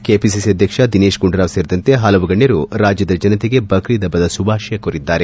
KPCC ಅಧ್ಯಕ್ಷ ದಿನೇತ್ ಗುಂಡೂರಾವ್ ಸೇರಿದಂತೆ ಪಲವು ಗಣ್ಣರು ರಾಜ್ಯದ ಜನತೆಗೆ ಬ್ರೀದ್ ಹಬ್ಬದ ಶುಭಾಶಯ ಕೋರಿದ್ದಾರೆ